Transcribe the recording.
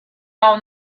all